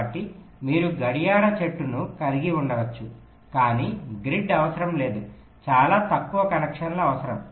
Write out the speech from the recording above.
కాబట్టి మీరు గడియార చెట్టును కలిగి ఉండవచ్చు కానీ గ్రిడ్ అవసరం లేదు చాలా తక్కువ కనెక్షన్లు అవసరం